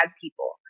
people